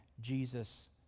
Jesus